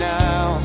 now